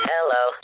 Hello